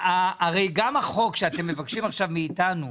הרי גם החוק שאתם מבקשים עכשיו מאיתנו